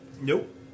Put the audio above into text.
Nope